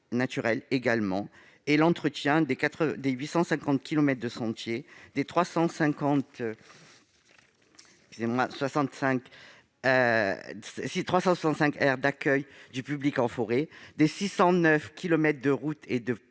naturels, mais aussi d'entretien des 850 kilomètres de sentiers, des 365 aires d'accueil du public en forêt, des 609 kilomètres de routes et de